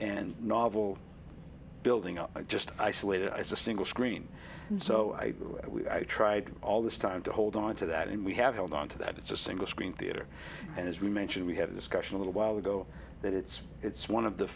and novel building up just isolated as a single screen and so i tried all this time to hold on to that and we have held on to that it's a single screen theatre and as we mentioned we had a discussion a little while ago that it's it's one of the